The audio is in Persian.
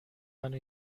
منو